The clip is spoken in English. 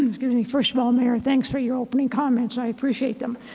first of all, mayor, thanks for your opening comments, i appreciate them,